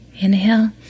Inhale